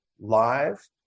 live